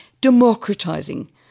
democratizing